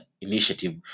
initiative